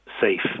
safe